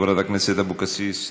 חברת הכנסת אבקסיס,